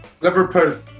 Liverpool